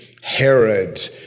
Herod